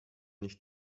nicht